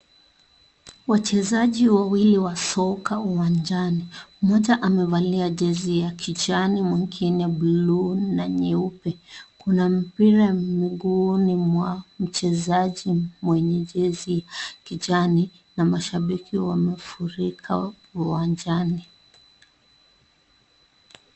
Wachezaji wawili wa soka uwanjani, mmoja amevalia jezi ya kijani ,mwingine bluu na nyeupe, kuna mpira miguuni mwa mchezaji mwenye jezi ya kijani na mashabiki wamefulika uwanjani.